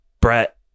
Brett